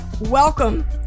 welcome